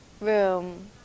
room